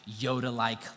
Yoda-like